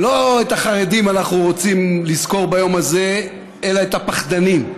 לא את החרדים אנחנו רוצים לזכור ביום הזה אלא את הפחדנים,